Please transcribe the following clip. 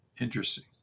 Interesting